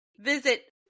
visit